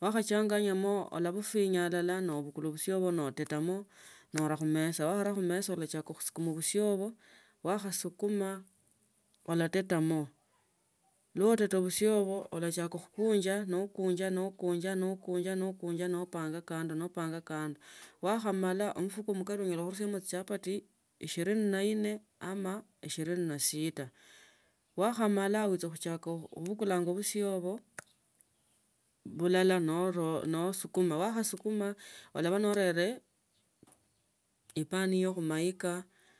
wakhashanganyia wachachanganyia ulavufira nobula la busie ubwo notitamo nora khumeza, nora khumeza no chaka ukhusukuma busie ibo wakhasukuma olatetamo noteta busie bula okichaka khukunja nookunja nookunja noolunja nopanga kando nopanga kando wakhamala umfuko mkari unyala khurusiamo echichapati ishirini na nne ama ishirini na sita. Wakhamala ulachakha khubukula busie bulala nasukuma waichasukuma imo ulaba norele ipani iyo khumaka.